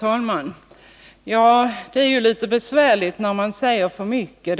Herr talman! Det är ju litet besvärligt när man säger för mycket.